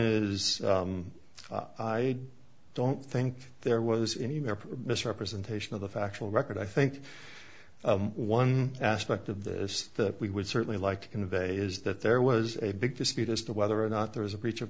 is i don't think there was any merit misrepresentation of the factual record i think one aspect of this that we would certainly like to convey is that there was a big dispute as to whether or not there was a breach